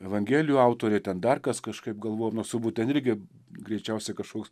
evangelijų autoriai ten dar kas kažkaip galvojo nors turbūt ten irgi greičiausiai kažkoks